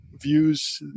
views